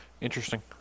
Interesting